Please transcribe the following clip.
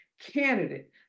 candidate